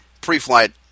pre-flight